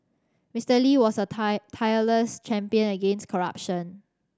Mister Lee was a tie tireless champion against corruption